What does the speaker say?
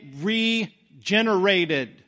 regenerated